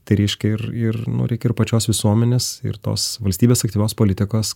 tai reiškia ir ir nu reikia ir pačios visuomenės ir tos valstybės aktyvios politikos